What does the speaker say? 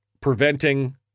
preventing